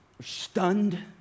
Stunned